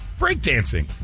breakdancing